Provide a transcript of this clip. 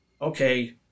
okay